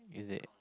is it